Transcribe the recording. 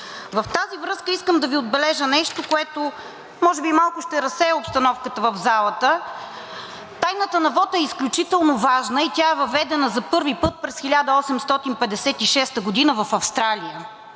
В тази връзка искам да Ви отбележа нещо, което може би малко ще разсее обстановката в залата. Тайната на вота е изключително важна и тя е въведена за първи път през 1856 г. в Австралия.